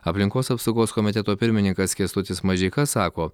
aplinkos apsaugos komiteto pirmininkas kęstutis mažeika sako